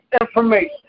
information